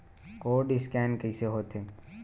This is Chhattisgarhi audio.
कोर्ड स्कैन कइसे होथे?